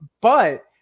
But-